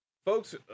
folks